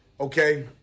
Okay